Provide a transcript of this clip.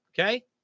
Okay